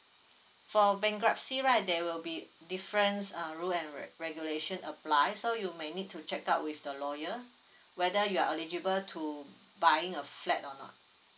for bankruptcy right there will be difference um rule and re~ regulation applies so you may need to check out with the lawyer whether you are eligible to buying a flat or not